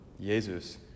Jesus